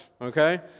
okay